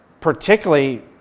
particularly